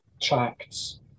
tracts